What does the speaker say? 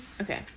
Okay